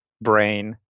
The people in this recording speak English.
brain